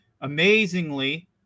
Amazingly